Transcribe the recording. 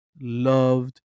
loved